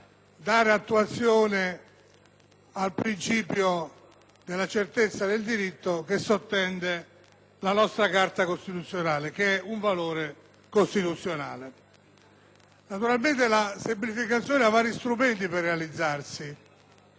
dare attuazione al principio della certezza del diritto che sottende la nostra Carta costituzionale, che è un valore costituzionale. Naturalmentela semplificazione ha vari strumenti per realizzarsi